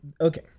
Okay